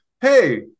hey